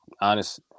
honest